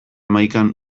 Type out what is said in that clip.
hamaikan